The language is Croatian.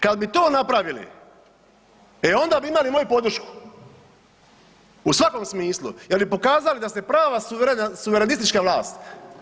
Kad bi to napravili, e onda bi imali moju podršku u svakom smislu jel bi pokazali da ste prava suverena, suverenistička vlast.